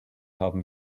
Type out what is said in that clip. haben